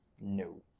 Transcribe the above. No